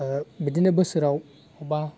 बिदिनो बोसोराव बा